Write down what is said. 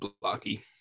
blocky